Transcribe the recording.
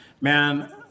man